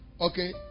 Okay